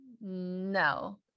No